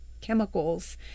chemicals